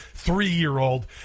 three-year-old